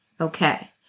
Okay